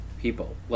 people